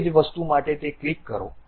તે જ વસ્તુ માટે તે ક્લિક કરો